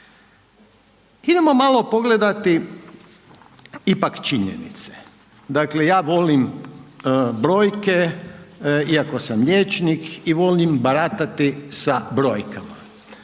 Idemo malo pogledati ipak činjenice, dakle ja volim brojke iako sam liječnik i volim baratati sa brojkama.